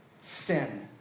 sin